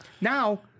Now